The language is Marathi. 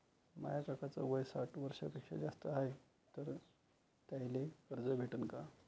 माया काकाच वय साठ वर्षांपेक्षा जास्त हाय तर त्याइले कर्ज भेटन का?